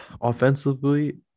offensively